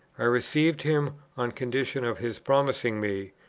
i received him on condition of his promising me,